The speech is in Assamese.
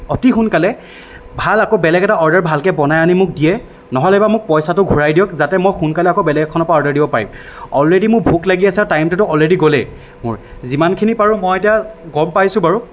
অতি সোনকালে ভাল আকৌ বেলেগ এটা অৰ্ডাৰ বনাই আনি মোক দিয়ে নহ'লেবা মোক পইচাটো ঘুৰাই দিয়ক যাতে মই সোনকালে আকৌ বেলেগ এখনৰ পৰা অৰ্ডাৰ দিব পাৰিম অলৰেডী মোৰ ভোক লাগি আছে আৰু টাইমটোতো অলৰেডী গ'লেই মোৰ যিমানখিনি পাৰোঁঁ বাৰু